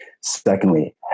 Secondly